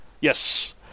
Yes